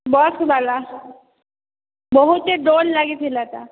ବକ୍ସ୍ଵାଲା ବହୁତ ଡୋର ଲାଗିଥିଲା ଟା